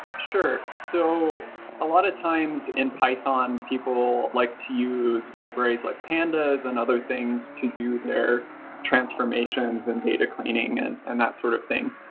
sure. so a lot of times, in python, people like to use libraries like pandas and other things to do their transformations and data cleaning and and that sort of thing.